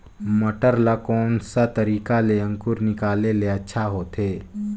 मटर ला कोन सा तरीका ले अंकुर निकाले ले अच्छा होथे?